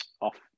off